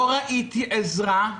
לא ראיתי עזרה,